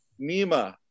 Nima